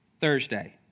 Thursday